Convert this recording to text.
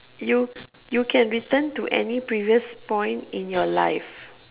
you you can return to any previous point in your life